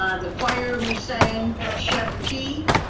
ah the choir who sang, chef t.